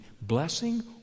blessing